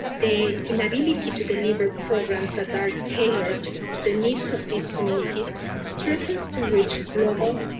the inability to deliver programs that are tailored to the needs of these communities threatens to reach global,